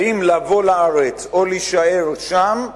האם לבוא לארץ או להישאר שם.